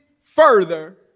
further